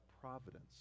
providence